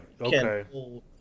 okay